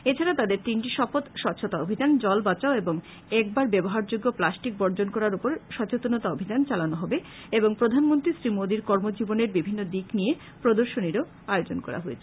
এছাড়া তাদের তিনটি শপথ স্বচ্ছতা অভিযান জল বাচাও এবং একবার ব্যবহারযোগ্য প্লাস্টিক বর্জন করার উপর সচেতনতা অভিযান চালানো হবে এবং প্রধানমন্ত্রী শ্রী মোদীর কর্ম জীবনের বিভিন্ন দিক নিয়ে প্রদর্শনীরো আয়োজন করা হয়েছে